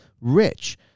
rich